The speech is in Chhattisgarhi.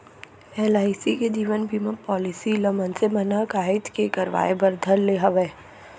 एल.आई.सी के जीवन बीमा पॉलीसी ल मनसे मन ह काहेच के करवाय बर धर ले हवय